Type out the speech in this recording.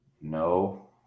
No